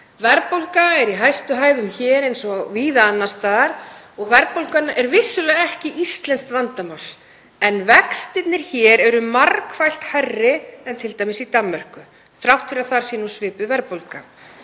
Verðbólga er í hæstu hæðum hér eins og víða annars staðar og verðbólgan er vissulega ekki íslenskt vandamál. En vextirnir hér eru margfalt hærri en t.d. í Danmörku þrátt fyrir að þar sé svipuð verðbólga.